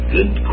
Good